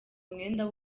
umwenda